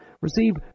receive